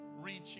reaching